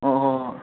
ꯑꯣ ꯍꯣꯏ ꯍꯣꯏ